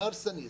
זה הרסני,